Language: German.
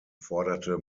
forderte